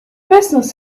business